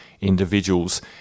individuals